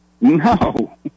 no